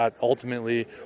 ultimately